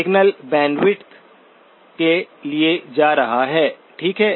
signal bandwidth के लिए जा रहा है ठीक है